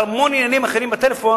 בהמון עניינים אחרים בטלפון.